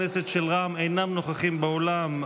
הכנסת של רע"מ אינם נוכחים באולם,